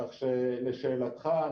כך שלשאלתך,